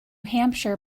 hampshire